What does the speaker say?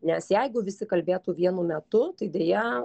nes jeigu visi kalbėtų vienu metu tai deja